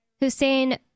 Hussein